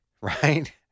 right